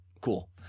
cool